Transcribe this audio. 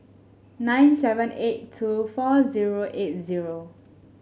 nine seven eight two four zero eight zero